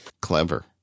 Clever